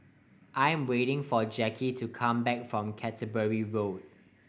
I am waiting for Jacky to come back from Canterbury Road